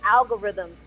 algorithms